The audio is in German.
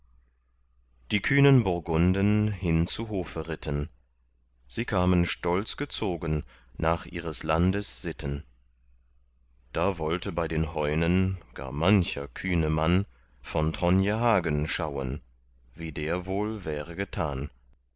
die kühnen burgunden hin zu hofe ritten sie kamen stolz gezogen nach ihres landes sitten da wollte bei den heunen gar mancher kühne mann von tronje hagen schauen wie der wohl wäre getan